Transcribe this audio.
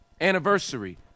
anniversary